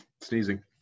sneezing